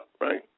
right